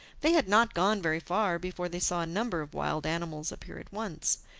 they had not gone very far before they saw a number of wild animals appear at once,